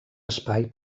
espai